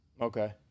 Okay